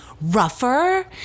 rougher